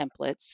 templates